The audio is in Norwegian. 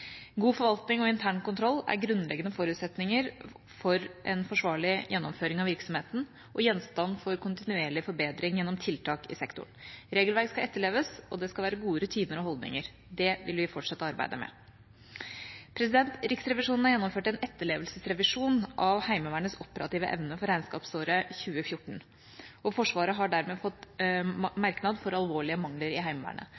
God forvaltning og intern kontroll er grunnleggende forutsetninger for en forsvarlig gjennomføring av virksomheten og gjenstand for kontinuerlig forbedring gjennom tiltak i sektoren. Regelverk skal etterleves, og det skal være gode rutiner og holdninger. Det vil vi fortsette arbeidet med. Riksrevisjonen har gjennomført en etterlevelsesrevisjon av Heimevernets operative evne for regnskapsåret 2014, og Forsvaret har dermed fått merknad for alvorlige mangler i Heimevernet.